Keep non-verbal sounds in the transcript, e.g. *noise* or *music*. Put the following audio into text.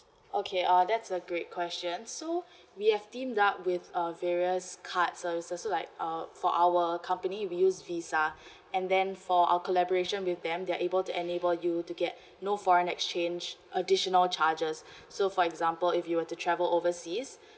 okay uh that's a great question so *breath* we have team up with a various card services so like uh for our company we use visa *breath* and then for our collaboration with them they're able to enable you to get *breath* no foreign exchange additional charges *breath* so for example if you were to travel overseas *breath*